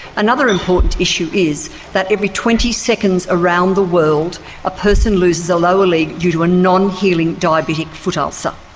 another important issue is that every twenty seconds around the world a person loses a lower leg due to a non-healing diabetic foot ulcer.